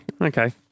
okay